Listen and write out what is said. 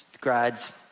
grads